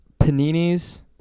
Panini's